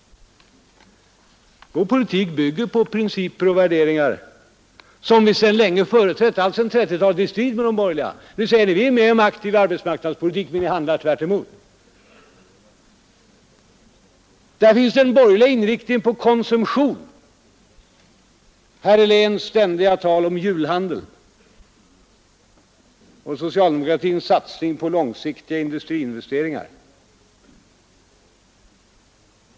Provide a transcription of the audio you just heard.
Vår politik bygger på principer och värderingar som vi sedan länge företrätt — alltsedan 1930-talet — i strid med de borgerliga. Nu säger ni: vi är med om en aktiv arbetsmarknadspolitik. Men ni handlar tvärtemot! Där finns den borgerliga inriktningen på konsumtion, bl.a. herr Heléns ständiga tal om julhandel. Där finns också socialdemokratins satsning på långsiktiga industriinvesteringar.